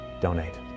donate